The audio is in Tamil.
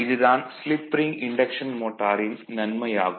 இது தான் ஸ்லிப் ரிங் இன்டக்ஷன் மோட்டாரின் நன்மையாகும்